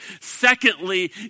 Secondly